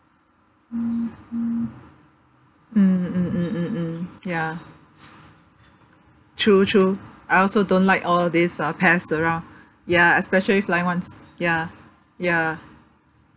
mm mm mm mm mm ya s~ true true I also don't like all these uh pests around ya especially flying ones ya ya